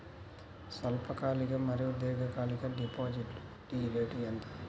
స్వల్పకాలిక మరియు దీర్ఘకాలిక డిపోజిట్స్లో వడ్డీ రేటు ఎంత?